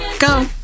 Go